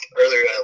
earlier